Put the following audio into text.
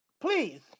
Please